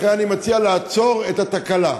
לכן אני מציע לעצור את התקלה.